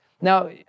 Now